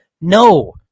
No